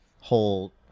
whole